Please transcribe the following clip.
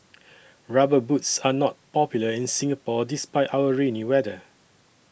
rubber boots are not popular in Singapore despite our rainy weather